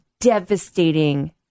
devastating